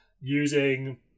using